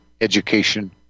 Education